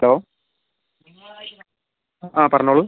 hello ആ പറഞ്ഞോളൂ